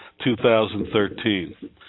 2013